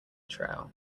trail